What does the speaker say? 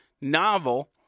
novel